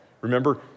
Remember